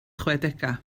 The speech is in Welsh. chwedegau